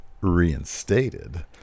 reinstated